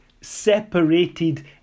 separated